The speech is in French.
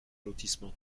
lotissement